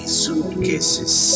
suitcases